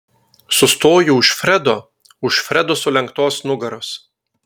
sustoju už fredo už fredo sulenktos nugaros